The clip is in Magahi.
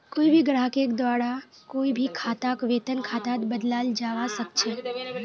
कोई भी ग्राहकेर द्वारा कोई भी खाताक वेतन खातात बदलाल जवा सक छे